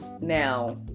now